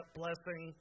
blessing